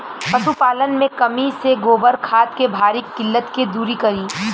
पशुपालन मे कमी से गोबर खाद के भारी किल्लत के दुरी करी?